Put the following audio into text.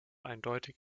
eindeutig